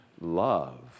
love